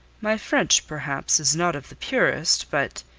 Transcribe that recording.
my french, perhaps, is not of the purest, but.